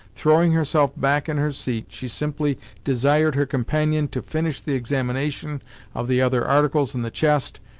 throwing herself back in her seat, she simply desired her companion to finish the examination of the other articles in the chest,